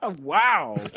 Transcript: Wow